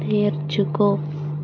నేర్చుకో